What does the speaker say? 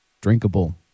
drinkable